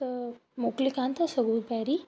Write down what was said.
त मोकिले कोन था सघो पहिरीं